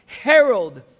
herald